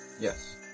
Yes